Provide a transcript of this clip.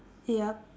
yup